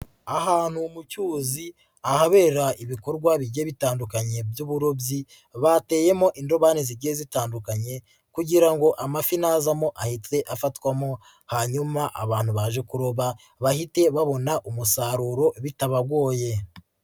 Ahantu mu cyuzi ahabera ibikorwa bigiye bitandukanye by'uburobyi bateyemo indobani zigiye zitandukanye kugira ngo amafi nazamo ahite afatwamo, hanyuma abantu baje kuroba bahite babona umusaruro bitabagoye.